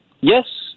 Yes